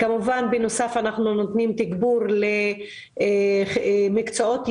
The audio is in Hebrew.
בנוסף אנחנו נותנים תגבור למקצועות יסוד.